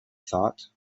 thought